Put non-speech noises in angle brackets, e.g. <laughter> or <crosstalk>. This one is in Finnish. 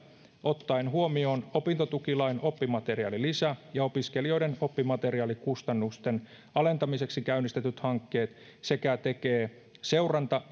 ottaen huomioon opintotukilain mukainen oppimateriaalilisä ja opiskelijoiden oppimateriaalikustannusten alentamiseksi käynnistetyt hankkeet sekä tekee seuranta <unintelligible>